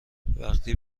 وقتی